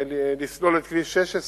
לסלול את כביש 16